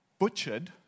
Butchered